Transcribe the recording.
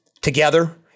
together